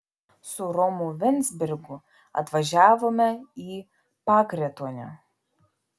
su romu venzbergu atvažiavome į pakretuonę